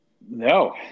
No